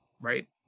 right